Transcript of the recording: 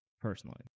personally